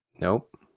Nope